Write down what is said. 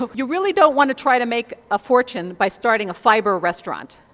but you really don't want to try to make a fortune by starting a fibre restaurant.